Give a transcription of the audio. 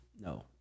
No